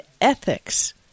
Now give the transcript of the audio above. ethics